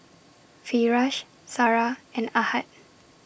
Firash Sarah and Ahad